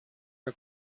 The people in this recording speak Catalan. que